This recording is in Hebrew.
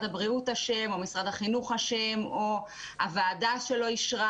הבריאות אשם או משרד החינוך או הוועדה שלא אישרה